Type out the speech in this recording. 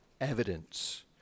evidence